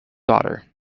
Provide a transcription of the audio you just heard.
daughter